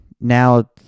now